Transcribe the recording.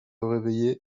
réveiller